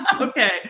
Okay